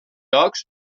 llocs